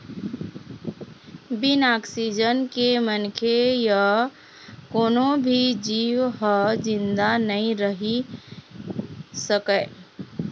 बिन ऑक्सीजन के मनखे य कोनो भी जींव ह जिंदा नइ रहि सकय